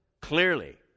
clearly